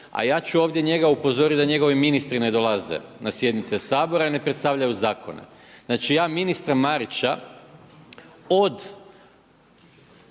A ja ću ovdje njega upozoriti da njegovi ministri ne dolaze na sjednice Sabora i ne predstavljaju zakone. Znači ja ministra Marića od